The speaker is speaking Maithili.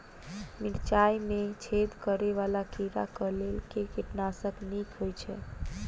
मिर्चाय मे छेद करै वला कीड़ा कऽ लेल केँ कीटनाशक नीक होइ छै?